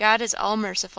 god is all-merciful,